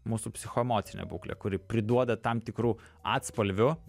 mūsų psichoemocinė būklė kuri priduoda tam tikrų atspalvių